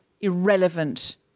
irrelevant